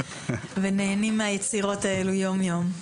ונהנים מהיצירות האלה יום יום.